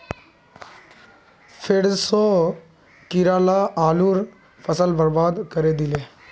फेर स कीरा ला आलूर फसल बर्बाद करे दिले